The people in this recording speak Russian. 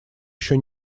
еще